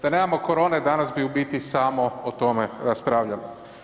Da nemamo korone danas bi u biti samo o tome raspravljali.